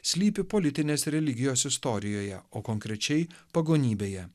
slypi politinės religijos istorijoje o konkrečiai pagonybėje